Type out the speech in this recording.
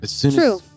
true